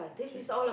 okay